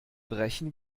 brechen